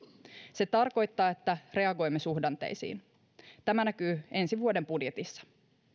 se tarkoittaa että reagoimme suhdanteisiin tämä näkyy ensi vuoden budjetissa